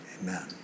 Amen